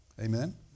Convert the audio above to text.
Amen